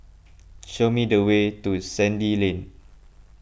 show me the way to Sandy Lane